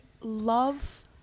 love